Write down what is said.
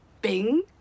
Bing